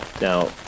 now